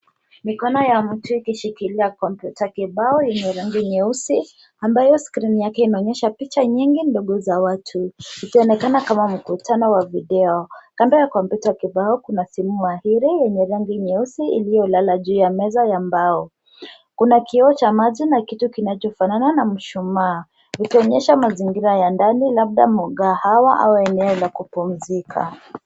Mikono ya mtu ukishikilia kompyuta kibao ya rangi nyeusi ambayo skrini yake inaonyesha picha nyingi ndogo za watu ikionekana kama mkutano wa video. Kando ya kompyuta kibao, kuna mahiri yenye rangi nyeusi iliyolala juu ya meza ya mbao. Kuna kioo cha maji na kitu kinachofanana na mshumaa ikionyesha mazingira ya ndani labda mkahawa au eneo la kupumzika.